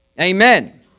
Amen